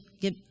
give